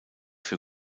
für